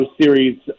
series